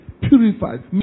purified